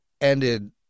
ended